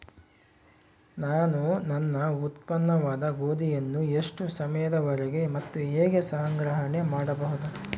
ನಾನು ನನ್ನ ಉತ್ಪನ್ನವಾದ ಗೋಧಿಯನ್ನು ಎಷ್ಟು ಸಮಯದವರೆಗೆ ಮತ್ತು ಹೇಗೆ ಸಂಗ್ರಹಣೆ ಮಾಡಬಹುದು?